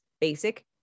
basic